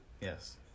Yes